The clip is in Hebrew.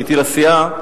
עמיתי לסיעה,